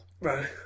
right